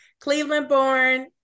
Cleveland-born